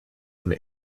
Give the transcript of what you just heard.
and